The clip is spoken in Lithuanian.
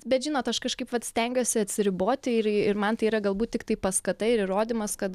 bet žinot aš kažkaip vat stengiuosi atsiriboti ir ir man tai yra galbūt tiktai paskata ir įrodymas kad